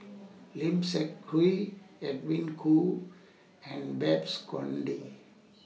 Lim Seok Hui Edwin Koo and Babes Conde